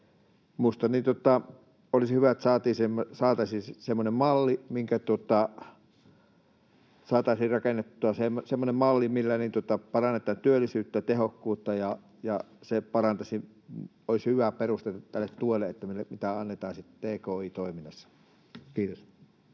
olisi hyvä, että saataisiin rakennettua semmoinen malli, millä parannetaan työllisyyttä ja tehokkuutta, ja se olisi hyvä peruste tälle tuelle, mitä annetaan sitten tki-toiminnassa. — Kiitos.